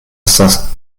estas